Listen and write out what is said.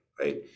right